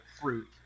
fruit